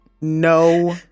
no